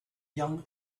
young